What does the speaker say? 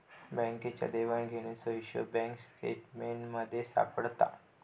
बँकेच्या देवघेवीचो हिशोब बँक स्टेटमेंटमध्ये सापडता